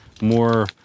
more